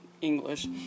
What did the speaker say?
English